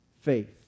faith